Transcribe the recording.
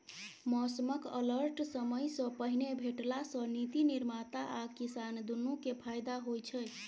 मौसमक अलर्ट समयसँ पहिने भेटला सँ नीति निर्माता आ किसान दुनु केँ फाएदा होइ छै